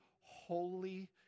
holy